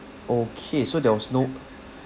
okay so there was no